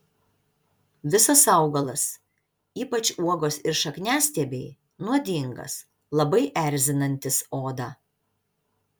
visas augalas ypač uogos ir šakniastiebiai nuodingas labai erzinantis odą